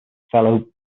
fellow